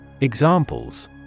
Examples